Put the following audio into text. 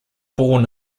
born